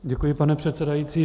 Děkuji, pane předsedající.